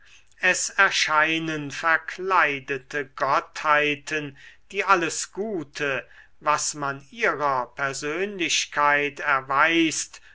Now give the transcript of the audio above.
es erscheinen verkleidete gottheiten die alles gute was man ihrer persönlichkeit erweist